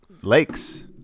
Lakes